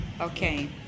Okay